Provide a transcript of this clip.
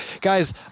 guys